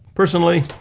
personally,